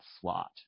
slot